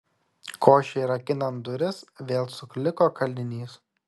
košei rakinant duris vėl sukliko kalinys